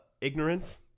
ignorance